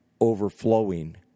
overflowing